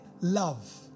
love